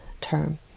term